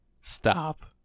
Stop